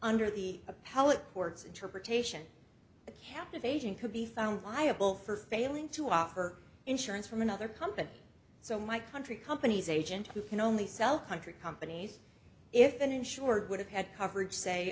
court's interpretation the captivation could be found liable for failing to offer insurance from another company so my country company's agent who can only sell country companies if an insured would have had coverage say